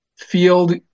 field